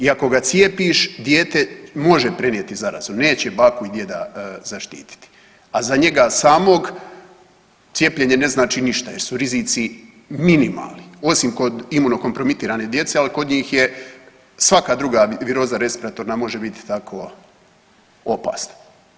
I ako ga cijepiš dijete može prenijeti zarazu neće baku i djeda zaštiti, a za njega samog cijepljenje ne znači ništa jer su rizici minimalni osim kod imunokompromitirane djece ali kod njih je svaka druga viroza respiratorna može biti takva, opasna.